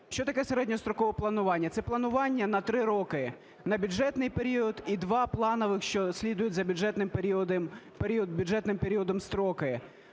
Що таке "середньострокове планування"? Це планування на три роки: на бюджетний період і два планових, що слідують за бюджетним періодом, строки.